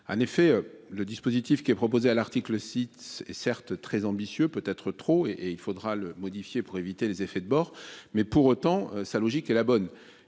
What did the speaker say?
en effet le dispositif qui est proposée à l'article cite est certes très ambitieux peut être trop et il faudra le modifier pour éviter les effets de bord mais pour autant sa logique est la bonne,